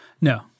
No